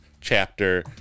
chapter